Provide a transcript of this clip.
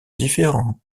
différent